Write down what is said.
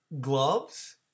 Gloves